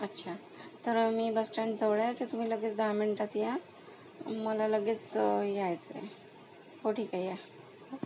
अच्छा तर मी बस स्टँडजवळ आहे तर तुम्ही लगेच दहा मिनिटांत या मला लगेच यायचं आहे हो ठीक आहे या